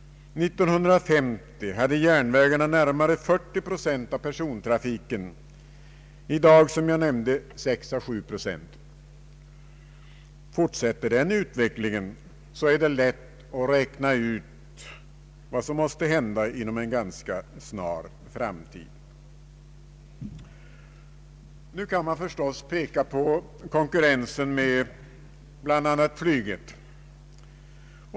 1950 hade järnvägarna närmare 40 procent av persontrafiken — i dag har de, som jag nämnde, 6 å 7 procent. Fortsätter denna utveckling, är det lätt att räkna ut vad som kommer att hända inom en ganska snar framtid. Man kan förstås peka på konkurrensen med bl.a. flyget.